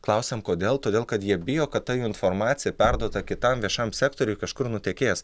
klausiam kodėl todėl kad jie bijo kad ta informacija perduota kitam viešam sektoriui kažkur nutekės